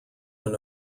than